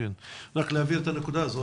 רק להבהיר את הנקודה הזאת.